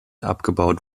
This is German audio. abgebaut